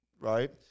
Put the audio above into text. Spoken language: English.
right